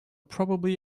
probably